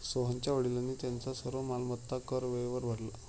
सोहनच्या वडिलांनी त्यांचा सर्व मालमत्ता कर वेळेवर भरला